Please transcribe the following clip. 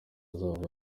azava